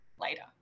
later